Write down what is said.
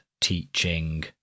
teaching